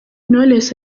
knowless